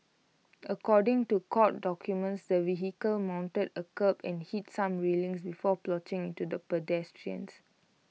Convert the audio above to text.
according to court documents the vehicle mounted A kerb and hit some railings before ploughing into pedestrians